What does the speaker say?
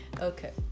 Okay